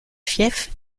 fief